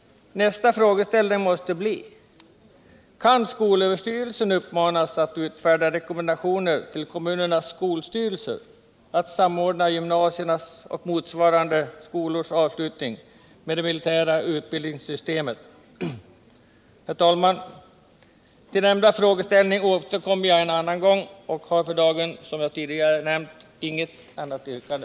Nästa fråga måste då bli: Kan skolöverstyrelsen uppmanas att utfärda rekommendationer till kommunernas skolstyrelser att samordna gymnasiernas och motsvarande skolors avslutning med inryckningen i den militära utbildningen? Till den frågan återkommer jag en annan gång och har som sagt för dagen inget yrkande.